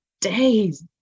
days